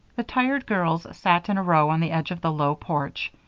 the tired girls sat in a row on the edge of the low porch.